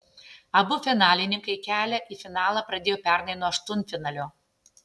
abu finalininkai kelią į finalą pradėjo pernai nuo aštuntfinalio